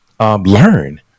Learn